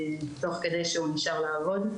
תוך כדי שהוא נשאר לעבוד.